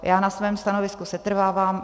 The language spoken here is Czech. Já na svém stanovisku setrvávám.